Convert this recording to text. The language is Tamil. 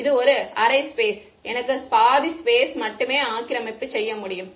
எனவே இது ஒரு அரை ஸ்பேஸ் எனக்கு பாதி ஸ்பேஸ் மட்டுமே ஆக்கிரமிப்பு செய்ய முடியும்